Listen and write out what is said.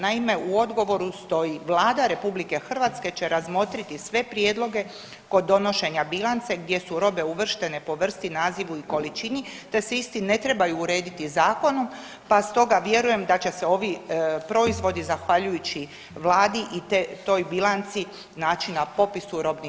Naime, u odgovoru stoji, Vlada RH će razmotriti sve prijedloge kod donošenje bilance gdje su robe uvrštene po vrsti, nazivu i količini te se isti ne trebaju urediti zakonom, pa stoga vjerujem da će se ovi proizvodi zahvaljujući Vladi i toj bilanci naći na popisu robnih zaliha.